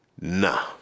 nah